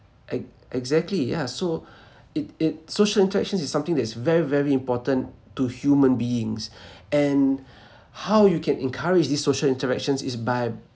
ex~ exactly yeah so it it social interactions is something that is very very important to human beings and how you can encourage these social interactions is by